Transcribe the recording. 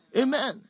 amen